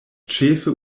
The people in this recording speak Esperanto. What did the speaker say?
ĉefe